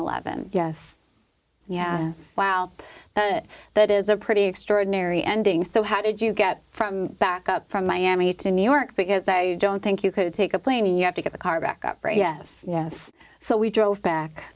dollars yes yes wow that is a pretty extraordinary ending so how did you get from back up from miami to new york because i don't think you could take a plane you have to get the car back up brain yes yes so we drove back